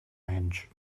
range